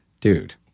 dude